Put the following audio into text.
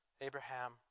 Abraham